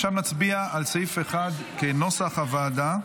עכשיו נצביע על סעיף 1 כנוסח הוועדה.